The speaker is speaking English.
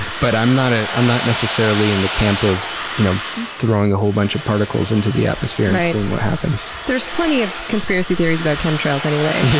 but i'm not ah i'm not necessarily in the camp of you know throwing a whole bunch of particles into the atmosphere and seeing what happens. there's plenty of conspiracy theories about chemtrails anyway,